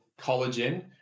collagen